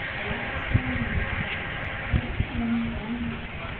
the light swam in my eyes everything went round with me.